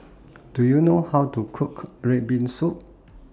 Do YOU know How to Cook Red Bean Soup